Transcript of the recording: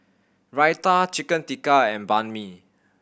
Raita Chicken Tikka and Banh Mi